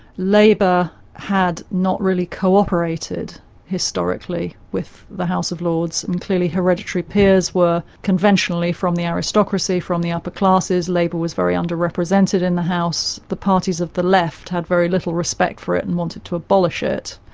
labour had not really co-operated historically with the house of lords, and clearly hereditary peers were conventionally from the aristocracy, from the upper classes labour was very under-represented in the house. the parties of the left had very little respect for it and wanted to abolish it.